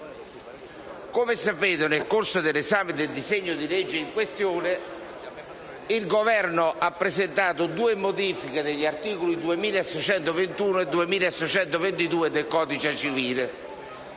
Come sapete, nel corso dell'esame del disegno di legge in questione, il Governo ha presentato due modifiche degli articoli 2621 e 2622 del codice civile.